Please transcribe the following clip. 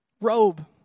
robe